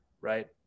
Right